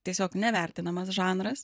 tiesiog nevertinamas žanras